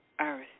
Earth